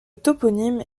toponyme